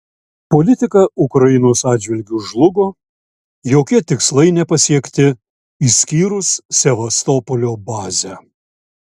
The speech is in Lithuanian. politika ukrainos atžvilgiu žlugo jokie tikslai nepasiekti išskyrus sevastopolio bazę